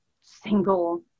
single